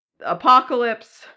Apocalypse